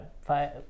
five